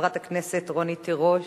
חברת הכנסת רונית תירוש.